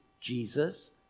Jesus